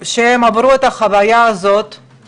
הם עברו את החוויה הזאת של